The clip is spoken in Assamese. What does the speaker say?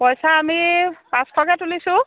পইচা আমি পাঁচশকৈ তুলিছোঁ